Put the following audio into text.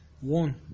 one